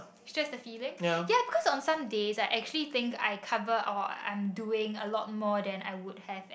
shared the feeling ya because on some days I actually think I cover or I'm doing a lot more that I would have that